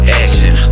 action